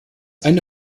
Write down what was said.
eine